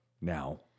now